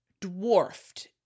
dwarfed